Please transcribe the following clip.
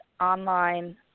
online